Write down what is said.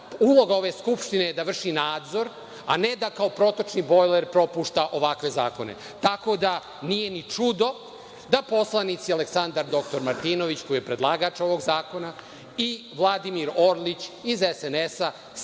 uloga ove Skupštine je da vrši nadzor, a ne da kao protočni bojler propušta ovakve zakone. Tako da, nije ni čudo da poslanici Aleksandar dr Martinović, koji je predlagač ovog zakona, i Vladimir Orlić iz SNS